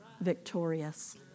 victorious